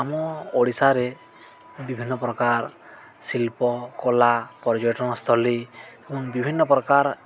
ଆମ ଓଡ଼ିଶାରେ ବିଭିନ୍ନ ପ୍ରକାର ଶିଳ୍ପ କଳା ପର୍ଯ୍ୟଟନସ୍ଥଳୀ ଏବଂ ବିଭିନ୍ନ ପ୍ରକାର